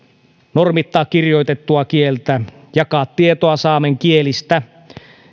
normittaa kirjoitettua kieltä jakaa tietoa saamen kielistä